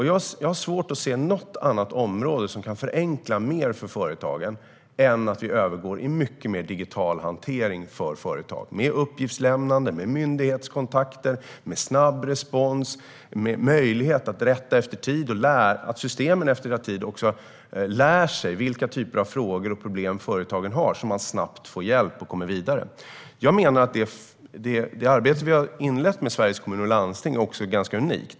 Jag har svårt att se något annat område som kan förenkla mer för företagen än att vi övergår till mycket mer digital hantering av företag. Det handlar om uppgiftslämnande, myndighetskontakter, snabb respons, möjlighet att göra rättelser efter en tid, att systemen efter en tid lär sig vilka typer av frågor och problem företagen har så att det går att snabbt få hjälp och komma vidare. Det arbete som regeringen har inlett med Sveriges Kommuner och Landsting är unikt.